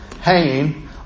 hanging